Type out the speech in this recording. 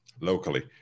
locally